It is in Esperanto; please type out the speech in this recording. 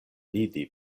vidi